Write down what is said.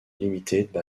limited